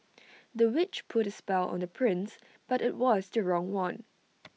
the witch put A spell on the prince but IT was the wrong one